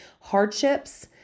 hardships